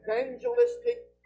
evangelistic